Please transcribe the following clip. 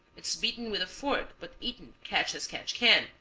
it's beaten with a fork but eaten catch-as-catch-can,